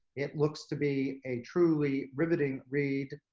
it looks to be a truly riveting read.